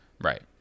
Right